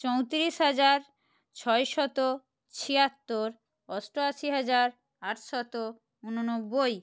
চৌউত্রিস হাজার ছয়শত ছিয়াত্তর অষ্ট আশি হাজার আটশত উননব্বই